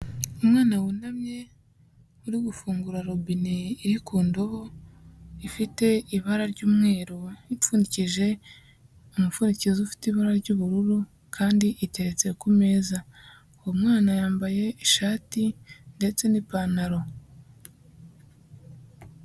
Umwana wunamye uri gufungura robine iri ku ndobo, ifite ibara ry'umweru, ipfunyikije umupfundikizo ufite ibara ry'ubururu kandi iteretse ku meza, uwo mwana yambaye ishati ndetse n'ipantaro.